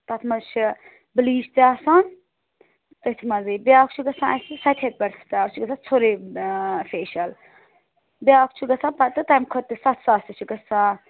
تَتھ منٛز چھِ بٕلیٖچ تہِ آسان تٔتھۍ منٛزٕے بیٛاکھ چھُ گژھان اَسہِ سَتہِ ہَتہِ پٮ۪ٹھ سٕٹاٹ سُہ چھُ گژھان ژھوٚرُے فیشیٚل بیٛاکھ چھُ گژھان پَتہٕ تمہِ کھۄتہٕ تہِ سَتھ ساس تہِ چھِ گژھان